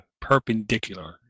perpendicular